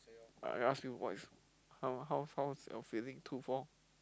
I ask you what is how how how's your feeling two four